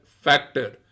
factor